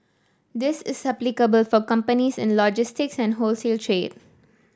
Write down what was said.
this is applicable for companies in logistics and wholesale trade